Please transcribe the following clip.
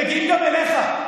הם מגיעים גם אליך.